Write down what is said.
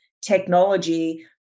technology